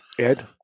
Ed